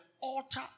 altar